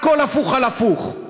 הכול הפוך על הפוך.